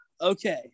okay